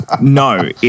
No